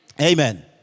Amen